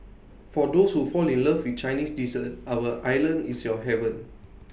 for those who fall in love with Chinese dessert our island is your heaven